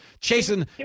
chasing